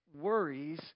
worries